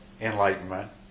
enlightenment